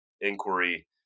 inquiry